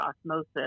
osmosis